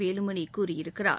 வேலுமணி கூறியிருக்கிறார்